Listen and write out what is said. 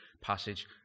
passage